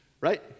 right